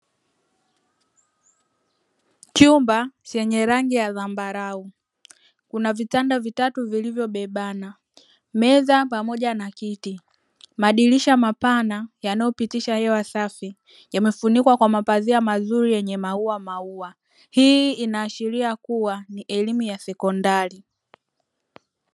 Chumba chenye rangi ya dhambarau. Kuna vitanda vitatu vilivyobebana. Meza pamoja na kiti. Madirisha mapana yanayopitisha hewa safi, yametufunikwa kwa mapazia mazuri yenye mauamaua. Hii inaashiria kuwa ni elimu ya Sekondari.